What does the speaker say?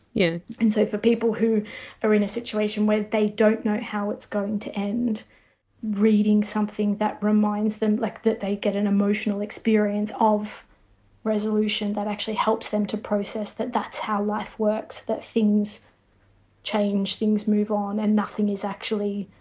yeah and so for people who are in a situation where they don't know how it's going to end reading something that reminds them like that they get an emotional experience of resolution that actually helps them to process that that's how life works. that things change, things move on, and nothing is actually.